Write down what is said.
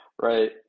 Right